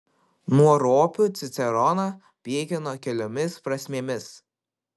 nuo ropių ciceroną pykino keliomis prasmėmis